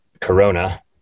Corona